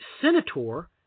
senator